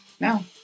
No